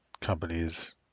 companies